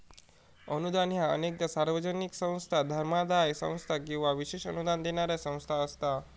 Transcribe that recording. अनुदान ह्या अनेकदा सार्वजनिक संस्था, धर्मादाय संस्था किंवा विशेष अनुदान देणारा संस्था असता